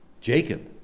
Jacob